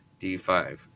D5